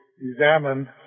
examine